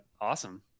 awesome